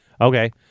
Okay